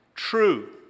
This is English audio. True